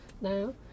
now